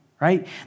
right